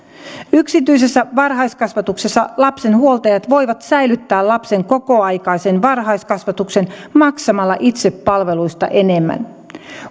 yksityisessä varhaiskasvatuksessa lapsen huoltajat voivat säilyttää lapsen kokoaikaisen varhaiskasvatuksen maksamalla itse palveluista enemmän